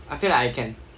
I feel like I can